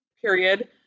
period